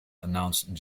announced